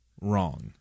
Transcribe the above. wrong